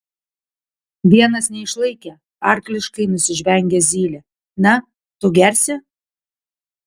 vienas neišlaikė arkliškai nusižvengė zylė na tu gersi